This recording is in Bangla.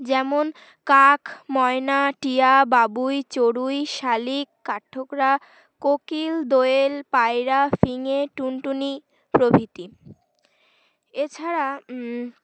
যেমন কাক ময়না টিয়া বাবুই চড়ুই শালিক কা ঠোকরা কোকিল দোয়েল পায়রা ফিঙে টুনটুনি প্রভৃতি এছাড়া